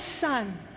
son